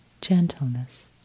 gentleness